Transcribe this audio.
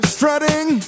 Strutting